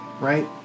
right